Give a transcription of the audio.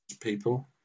people